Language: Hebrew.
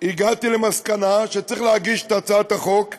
הגעתי למסקנה שצריך להגיש את הצעת החוק.